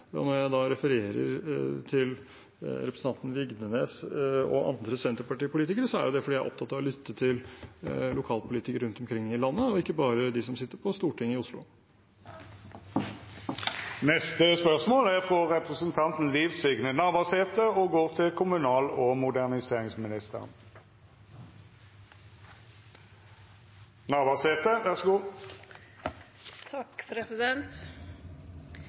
Når jeg refererer til representanten Vigdenes og andre Senterparti-politikere, er det fordi jeg er opptatt av å lytte til lokalpolitikere rundt omkring i landet, og ikke bare til dem som sitter på Stortinget i Oslo. «Statsråden skriv i Adresseavisen 21. februar 2020 at kommunereforma må fortsette for å få samanhengande bu- og arbeidsmarknadsområde i byane, og